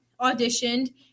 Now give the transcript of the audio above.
auditioned